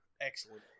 Excellent